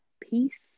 peace